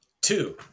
Two